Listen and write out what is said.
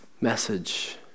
message